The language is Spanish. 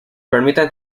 permiten